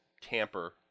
tamper